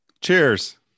Cheers